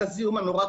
את הזיהום הנורא,